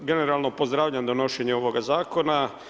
Generalno, pozdravljam donošenje ovoga zakona.